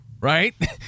right